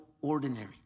ordinary